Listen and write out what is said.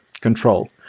control